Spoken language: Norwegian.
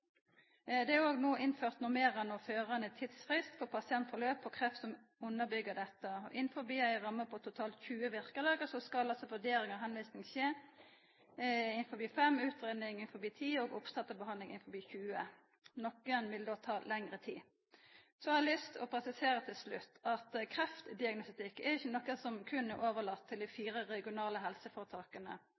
Det er òg no innført ein normerande og førande tidsfrist på pasientgang innan kreft som underbyggjer dette. Innanfor ei ramme på totalt 20 virkedagar skal vurdering av tilvising skje innanfor fem, utgreiing ti og oppstart av behandling innanfor 20. Nokre vil ta lengre tid. Så har eg lyst til å presisera til slutt at kreftdiagnostikk er ikkje noko som berre er overlate til dei fire regionale helseføretaka.